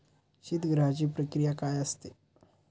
शीतगृहाची प्रक्रिया काय असते?